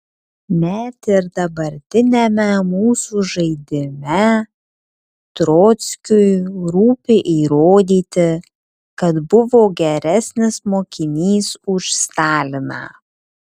net ir dabartiniame mūsų žaidime trockiui rūpi įrodyti kad buvo geresnis mokinys už staliną